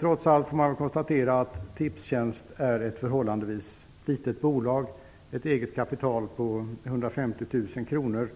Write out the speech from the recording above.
Trots allt måste man konstatera att Tipstjänst är ett förhållandevis litet bolag. Det egna kapitalet uppgår till 150 000 kr.